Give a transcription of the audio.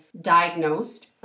diagnosed